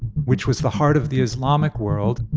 which was the heart of the islamic world.